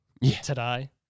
today